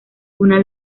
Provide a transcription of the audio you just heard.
una